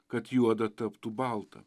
kad juoda taptų balta